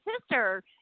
sister